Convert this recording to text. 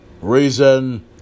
reason